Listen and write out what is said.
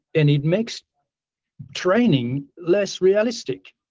and it makes training less realistic.